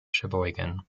sheboygan